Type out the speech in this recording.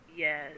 yes